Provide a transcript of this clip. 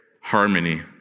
harmony